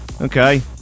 Okay